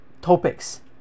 topics